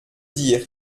dire